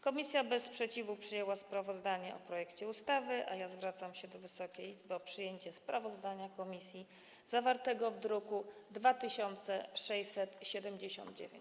Komisja bez sprzeciwu przyjęła sprawozdanie o projekcie ustawy, a ja zwracam się do Wysokiej Izby o przyjęcie sprawozdania komisji zawartego w druku nr 2679.